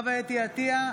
אינו נוכח חוה אתי עטייה,